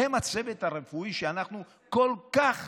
הם הצוות הרפואי, שאנחנו כל כך